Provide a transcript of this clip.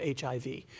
HIV